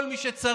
כל מי שצריך